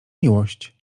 miłość